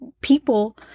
people